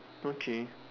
okay